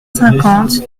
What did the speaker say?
cinquante